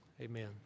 Amen